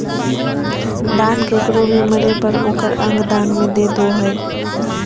दान केकरो भी मरे पर ओकर अंग दान में दे दो हइ